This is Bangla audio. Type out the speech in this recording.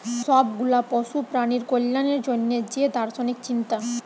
সব গুলা পশু প্রাণীর কল্যাণের জন্যে যে দার্শনিক চিন্তা